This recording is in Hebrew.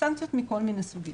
סנקציות מכל מיני סוגים.